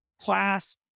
class